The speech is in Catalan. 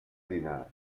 dinar